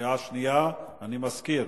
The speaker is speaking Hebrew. בקריאה שנייה, אני מזכיר.